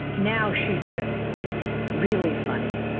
now, she's just really funny.